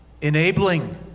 enabling